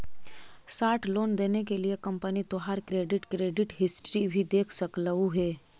short loan देने के लिए कंपनी तोहार क्रेडिट क्रेडिट हिस्ट्री भी देख सकलउ हे